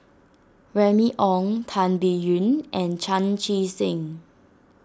Remy Ong Tan Biyun and Chan Chee Seng